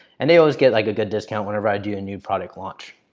and they always get like a good discount whenever i do a new product launch.